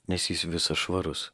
nes jis visas švarus